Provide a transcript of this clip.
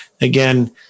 again